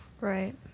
Right